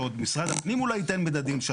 שעוד משרד הפנים אולי ייתן מדדים.